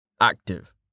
active